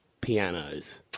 pianos